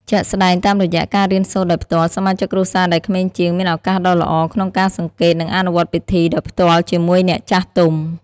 ជាក់ស្តែង តាមរយៈ ការរៀនសូត្រដោយផ្ទាល់ សមាជិកគ្រួសារដែលក្មេងជាង មានឱកាសដ៏ល្អក្នុងការសង្កេត និងអនុវត្តពិធីដោយផ្ទាល់ជាមួយអ្នកចាស់ទុំ។